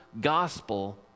gospel